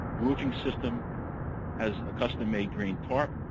roofing system has a custom-made green tarp.